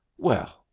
well,